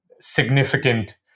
significant